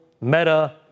Meta